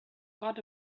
got